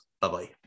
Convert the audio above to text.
Bye-bye